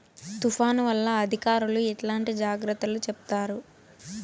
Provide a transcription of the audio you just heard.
తుఫాను వల్ల అధికారులు ఎట్లాంటి జాగ్రత్తలు చెప్తారు?